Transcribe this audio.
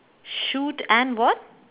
shoot and what